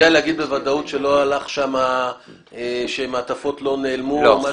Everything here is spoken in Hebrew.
להגיד בוודאות שמעטפות לא נעלמו או משהו?